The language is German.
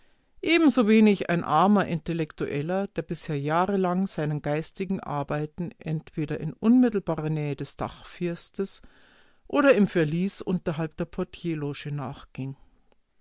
ebensowenig ein armer intellektueller der bisher jahrelang seinen geistigen arbeiten entweder in unmittelbarer nähe des dachfirstes oder im verlies unterhalb der portierloge nachging